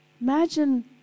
Imagine